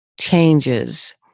changes